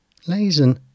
Lazen